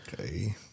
Okay